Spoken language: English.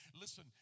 listen